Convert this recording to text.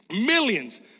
millions